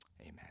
amen